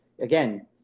Again